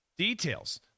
Details